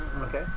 Okay